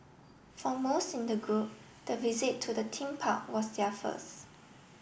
for most in the group the visit to the theme park was their first